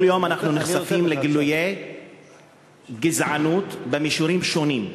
כל יום אנחנו נחשפים לגילויי גזענות במישורים שונים,